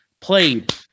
played